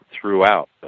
throughout